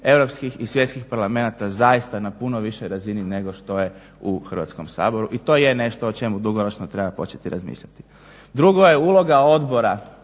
i svjetskih parlamenata zaista na puno višoj razini nego što je u Hrvatskom saboru. I to je nešto o čemu dugoročno treba početi razmišljati. Drugo je uloga odbora